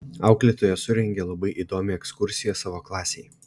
auklėtoja surengė labai įdomią ekskursiją savo klasei